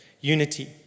unity